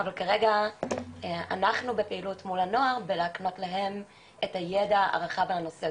אבל כרגע אנחנו בפעילות מול הנוער בלהקנות להם את הידע הרחב בנושא.